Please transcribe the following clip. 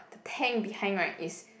the tank behind right is